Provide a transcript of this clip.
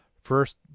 First